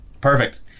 Perfect